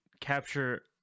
capture